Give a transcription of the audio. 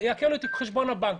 יעקלו את חשבון הבנק.